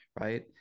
right